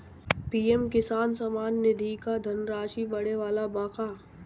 PM Kisan Samman Nidhi क धनराशि बढ़े वाला बा का?